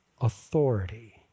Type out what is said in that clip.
authority